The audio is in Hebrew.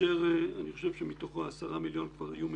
כאשר אני חושב שמתוכו 10 מיליון כבר היו מתוקצבים.